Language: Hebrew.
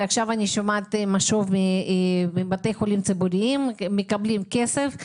ועכשיו אני שומעת משוב מבתי חולים ציבוריים שהם מקבלים כסף.